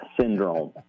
syndrome